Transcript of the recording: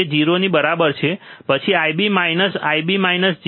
જે 0 ની બરાબર છે પછી I B minus I B minus 0